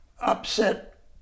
upset